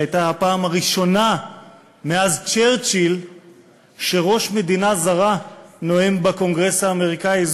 שהיה הפעם הראשונה מאז צ'רצ'יל שראש מדינה זרה נואם בקונגרס האמריקני?